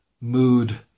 mood